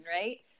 right